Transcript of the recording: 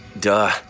Duh